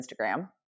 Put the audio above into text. Instagram